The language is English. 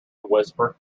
whisper